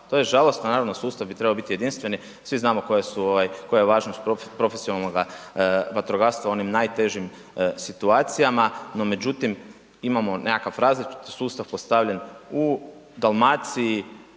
To je žalosno, naravno, sustav bi trebao biti jedinstveni, svi znamo koja je važnost profesionalnog vatrogastva u onim najtežim situacijama no međutim imamo nekakav različiti sustav postavljen u Dalmaciji,